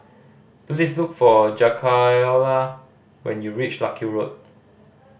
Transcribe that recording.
please look for Jakayla when you reach Larkhill Road